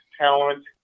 talent